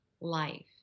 life